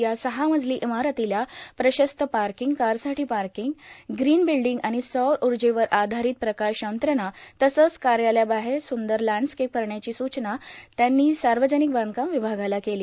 या सहा मजली इमारतीला प्रशस्त पार्कींग कारसाठी पार्कींग ग्रीन बिल्डींग आणि सौर उर्जेवर आधारीत प्रकाश यंत्रणा तसंच कार्यालयाबाहेर सुंदर लॅण्डस्केप करण्याची सुचना त्यांनी सार्वजनिक बांधकाम विभागाला केली